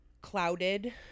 clouded